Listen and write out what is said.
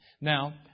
Now